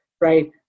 right